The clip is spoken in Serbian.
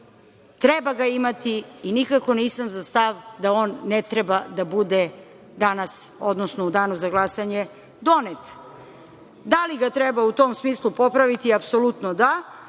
treba ga imati i nikako nisam za stav da on ne treba da bude danas, odnosno u danu za glasanje donet. Da li ga treba u tom smislu popraviti, apsolutno da.